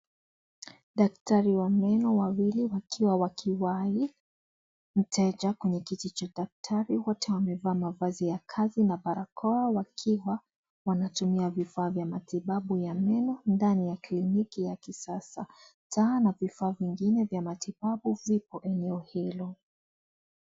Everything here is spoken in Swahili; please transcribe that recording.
Daktari wa meno wawili wakiwa wakiwa wakiwahi mteja kwenye kiti cha daktari wote wamevaa mavazi ya kazi na barakoa wakiwa wanatumia vifaa vya matibabu ya meno ndani ya kliniki ya kisasa taa na vifaa vingine vya matibabu viko eneo hilo.